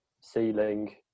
ceiling